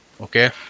okay